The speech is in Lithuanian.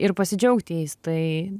ir pasidžiaugti jais tai